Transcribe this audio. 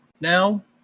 now